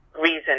reason